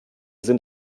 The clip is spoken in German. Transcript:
sind